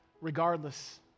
Regardless